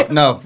no